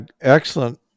Excellent